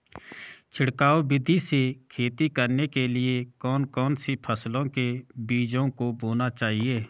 छिड़काव विधि से खेती करने के लिए कौन कौन सी फसलों के बीजों को बोना चाहिए?